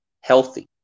healthy